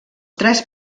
tres